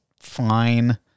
fine